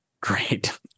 Great